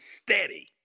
steady